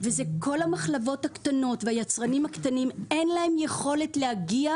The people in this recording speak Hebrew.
לכל המחלבות הקטנות והיצרנים הקטנים אין יכולת להגיע